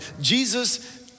Jesus